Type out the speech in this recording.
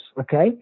okay